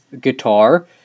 guitar